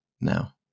now